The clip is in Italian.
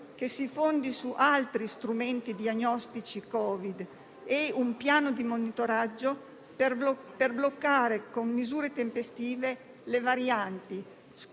che si fondi su altri strumenti diagnostici Covid e un piano di monitoraggio per bloccare, con misure tempestive, le varianti,